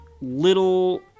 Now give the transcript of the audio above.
little